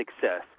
success